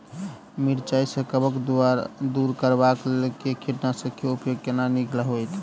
मिरचाई सँ कवक दूर करबाक लेल केँ कीटनासक केँ उपयोग केनाइ नीक होइत?